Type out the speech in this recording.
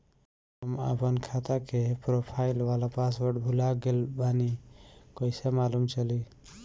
हम आपन खाता के प्रोफाइल वाला पासवर्ड भुला गेल बानी कइसे मालूम चली?